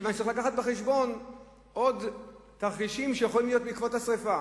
מכיוון שצריך להביא בחשבון עוד תרחישים שיכולים להיות בעקבות השרפה.